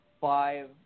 five